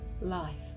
life